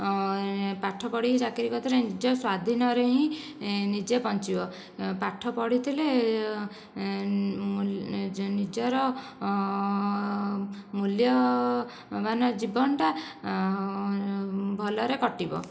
ପାଠ ପଢ଼ିକି ଚାକିରି କରିଥିଲେ ନିଜ ସ୍ଵାଧୀନରେ ହିଁ ନିଜେ ବଞ୍ଚିବ ପାଠ ପଢ଼ିଥିଲେ ନିଜର ମୂଲ୍ୟବାନ ଜୀବନଟା ଭଲରେ କଟିବ